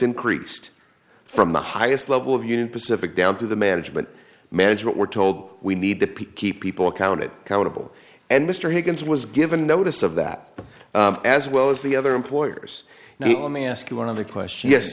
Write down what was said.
increased from the highest level of union pacific down to the management management were told we need to pick keep people counted accountable and mr higgins was given notice of that as well as the other employers now let me ask you one other question yes